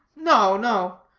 no, no.